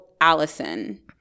Allison